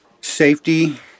Safety